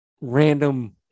random